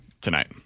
tonight